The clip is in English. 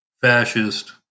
fascist